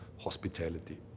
hospitality